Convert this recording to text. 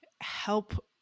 help